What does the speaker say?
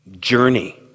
journey